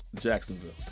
Jacksonville